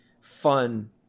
fun